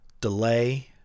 delay